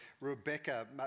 Rebecca